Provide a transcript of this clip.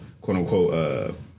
quote-unquote